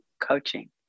coaching